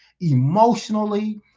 emotionally